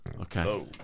okay